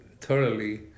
thoroughly